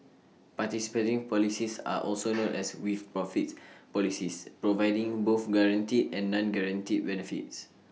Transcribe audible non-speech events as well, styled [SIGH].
participating policies are also [NOISE] known as 'with profits' policies providing both guaranteed and non guaranteed benefits